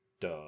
duh